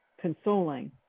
consoling